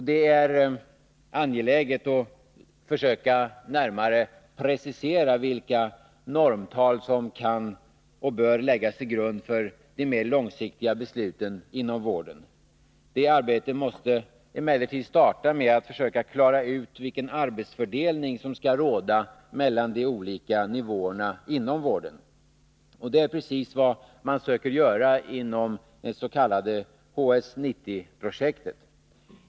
Det är angeläget att närmare söka precisera vilka normtal som kan och bör läggas till grund för de mer långsiktiga besluten inom vården. Det arbetet måste emellertid starta med att man klarar ut den arbetsfördelning som skall råda mellan de olika nivåerna inom vården. Det är precis vad man söker göra inom det s.k. HS 90-projektet.